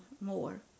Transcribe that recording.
more